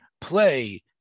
play